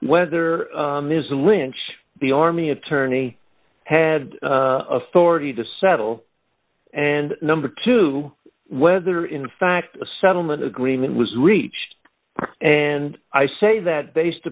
whether it is a lynch the army attorney had authority to settle and number two whether in fact a settlement agreement was reached and i say that based